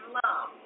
love